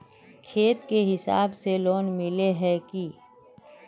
खेत के हिसाब से लोन मिले है की?